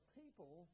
people